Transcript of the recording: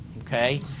okay